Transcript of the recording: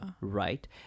right